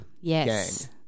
Yes